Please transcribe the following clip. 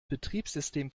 betriebssystem